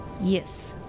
Yes